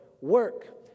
work